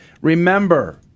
Remember